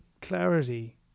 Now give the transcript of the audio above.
clarity